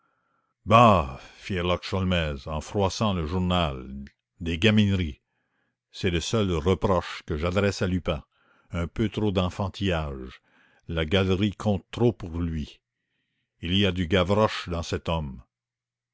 herlock sholmès en froissant le journal des gamineries c'est le seul reproche que j'adresse à lupin un peu trop d'enfantillages la galerie compte trop pour lui il y a du gavroche dans cet homme